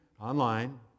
online